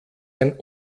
ein